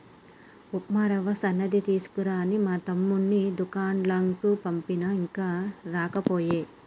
ఉప్మా రవ్వ సన్నది తీసుకురా అని మా తమ్ముణ్ణి దూకండ్లకు పంపిన ఇంకా రాకపాయె